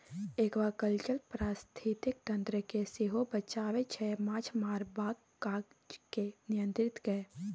aquaculture पारिस्थितिकी तंत्र केँ सेहो बचाबै छै माछ मारबाक काज केँ नियंत्रित कए